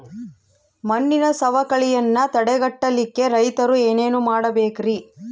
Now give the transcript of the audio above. ಮಣ್ಣಿನ ಸವಕಳಿಯನ್ನ ತಡೆಗಟ್ಟಲಿಕ್ಕೆ ರೈತರು ಏನೇನು ಮಾಡಬೇಕರಿ?